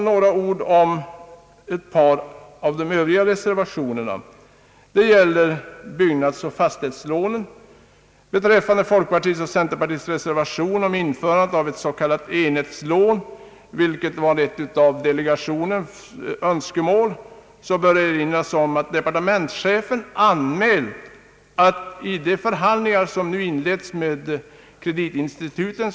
Så några ord om ett par av de övriga reservationerna, nämligen de som gäller byggnadsoch fastighetslånen. Beträffande folkpartiets och centerpartiets reservation om införande av ett s.k. enhetslån — vilket var ett av deiegationens önskemål — bör erinras om att departementschefen anmält att den frågan finns med i de förhandlingar som nu inletts med kreditinstituten.